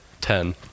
Ten